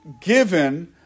given